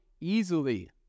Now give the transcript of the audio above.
easily